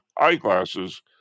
eyeglasses